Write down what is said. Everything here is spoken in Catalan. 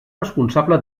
responsable